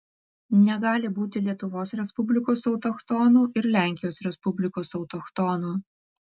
negali būti lietuvos respublikos autochtonų ir lenkijos respublikos autochtonų